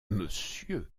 monsieur